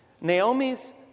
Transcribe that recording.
Naomi's